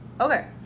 okay